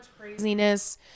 craziness